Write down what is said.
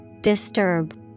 Disturb